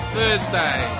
Thursday